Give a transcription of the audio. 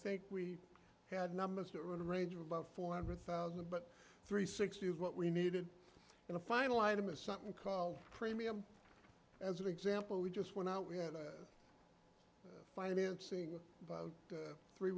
think we had numbers that range of about four hundred thousand but three sixty's what we needed in a final item is something called premium as an example we just went out we had a financing about three